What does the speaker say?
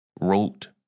wrote